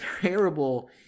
terrible